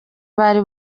bari